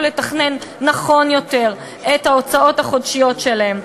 לתכנן נכון יותר את ההוצאות החודשיות שלהם.